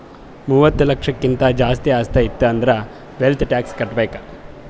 ಮೂವತ್ತ ಲಕ್ಷಕ್ಕಿಂತ್ ಜಾಸ್ತಿ ಆಸ್ತಿ ಇತ್ತು ಅಂದುರ್ ವೆಲ್ತ್ ಟ್ಯಾಕ್ಸ್ ಕಟ್ಬೇಕ್